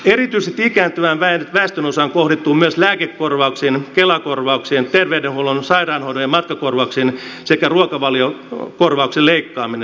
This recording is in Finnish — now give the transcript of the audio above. erityisesti ikääntyvään väestönosaan kohdentuvat myös lääkekorvauksien kela korvauksien terveydenhuollon sairaanhoidon ja matkakorvauksien sekä ruokavaliokorvauksen leikkaaminen